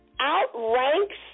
outranks